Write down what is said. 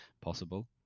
possible